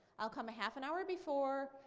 i'll come a half an hour before,